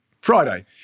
Friday